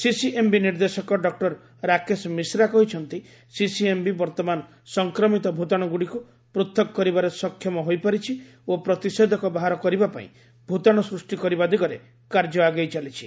CCMB ନିର୍ଦ୍ଦେଶକ doctor Rakesh Mishra କହିଛନ୍ତି CCMB ବର୍ତମାନ ସଂକ୍ରମିତ ଭୂତାଣୁଗୁଡ଼ିକୁ ପୃଥକ କରିବାରେ ସକ୍ଷମ ହୋଇପାରିଛି ଓ ପ୍ରତିଷେଧକ ବାହାର କରିବା ପାଇଁ ଭୂତାଣୁ ସୃଷ୍ଟି କରିବା ଦିଗରେ କାର୍ଯ୍ୟ ଆଗେଇ ଚାଲିଛି